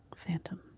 phantom